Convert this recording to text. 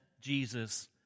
Jesus